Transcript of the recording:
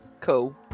cool